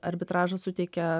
arbitražas suteikia